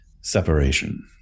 separation